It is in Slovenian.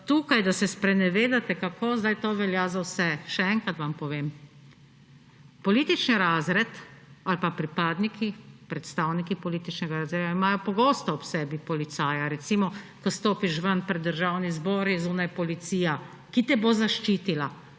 tukaj, da se sprenevedate, kako zdaj to velja za vse. Še enkrat vam povem, politični razred ali pa pripadniki, predstavniki političnega razreda imajo pogosto ob sebi policaja. Recimo, ko stopiš ven pred Državni zbor, je zunaj policija, ki te bo zaščitila.